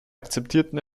akzeptierten